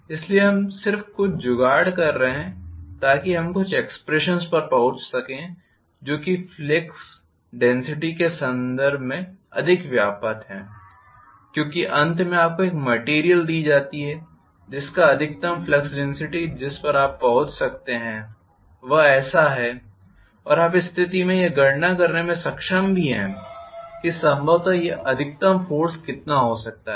इसलिए हम सिर्फ कुछ जुगाड़ कर रहे हैं ताकि हम कुछ एक्सप्रेशन्स पर पहुँच सकें जो कि फ्लक्स डेन्सिटी के संदर्भ में अधिक व्यापक हैं क्योंकि अंत में आपको एक मेटीरियल दी जा सकती है जिसका अधिकतम फ्लक्स डेन्सिटी जिस पर आप पहुंच सकते हैं वह ऐसा है और आप इस स्थिति में यह गणना करने में सक्षम है कि संभवतः यह अधिकतम फोर्स कितना हो सकता है